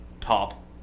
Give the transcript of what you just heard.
top